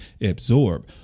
absorb